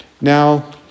Now